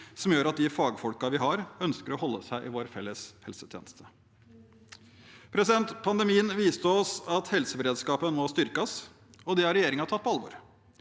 som gjør at de fagfolkene vi har, ønsker å holde seg i vår felles helsetjeneste. Pandemien viste oss at helseberedskapen må styrkes, og det har regjeringen tatt på alvor.